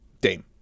Dame